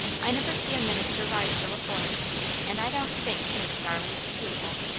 i never see a minister ride so afore and i don't think, mis' starling, it's suitable.